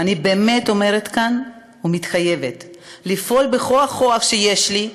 אני באמת אומרת כאן ומתחייבת לפעול בכל הכוח שיש לי,